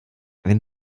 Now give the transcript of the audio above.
wenn